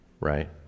right